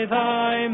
Thy